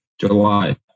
July